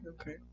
Okay